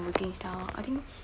working style I think